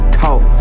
talk